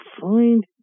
find